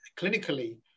clinically